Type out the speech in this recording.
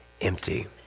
empty